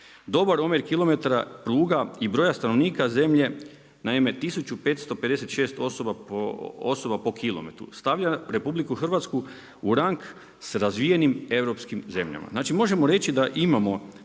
Dobar omjer kilometara pruga i broja stanovnika zemlje. Naime, 1556 osoba po kilometru stavlja RH u rang sa razvijenim europskim zemljama. Znači, možemo reći da imamo